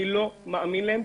אני לא מאמין להם.